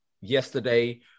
yesterday